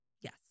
Yes